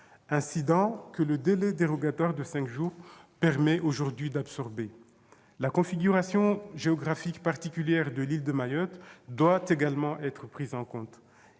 incidents que le délai dérogatoire de cinq jours permet aujourd'hui d'absorber. La configuration géographique particulière de l'archipel de Mayotte doit également être prise en compte.